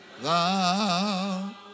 thou